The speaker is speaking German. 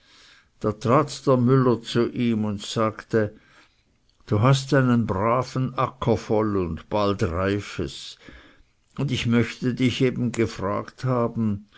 da trat der müller zu ihm und sagte da hast du einen braven acker voll und bald reifes und ich möchte dich eben gefragt haben